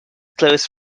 closed